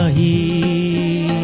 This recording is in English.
ie